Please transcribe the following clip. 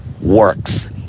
works